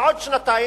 בעוד שנתיים,